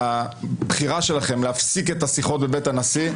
והבחירה שלהם להפסיק את השיחות בבית הנשיא,